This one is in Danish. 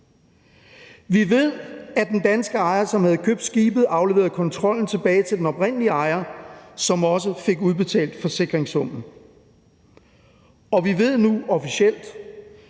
Vi ved, at den danske ejer, som havde købt skibet, afleverede kontrollen tilbage til den oprindelige ejer, som også fik udbetalt forsikringssummen. Vi ved nu officielt